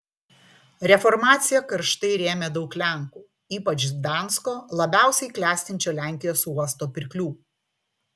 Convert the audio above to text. reformaciją karštai rėmė daug lenkų ypač gdansko labiausiai klestinčio lenkijos uosto pirklių